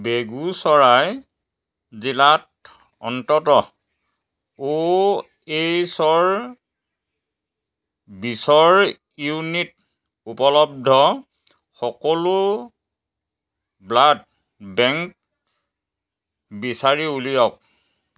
বেগুচৰাই জিলাত অন্ততঃ অ' এইচৰ বিছৰ ইউনিট উপলব্ধ সকলো ব্লাড বেংক বিচাৰি উলিয়াওক